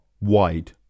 wide